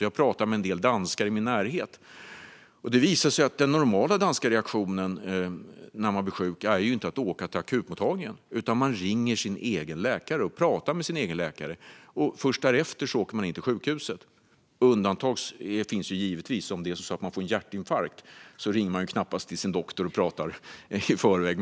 Jag pratade med en del danskar i min närhet, och det visade sig att den normala danska reaktionen när man blir sjuk inte är att åka till akutmottagningen utan att ringa sin egen läkare. Först därefter åker man in till sjukhuset. Undantag finns givetvis: Om man får en hjärtinfarkt ringer man knappast till sin doktor och pratar i förväg.